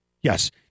Yes